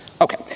Okay